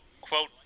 Quote